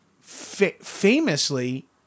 famously